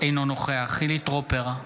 אינו נוכח חילי טרופר,